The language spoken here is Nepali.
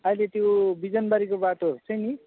अहिले त्यो बिजनबारीको बाटोहरू चाहिँ नि